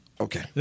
Okay